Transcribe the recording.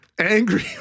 Angry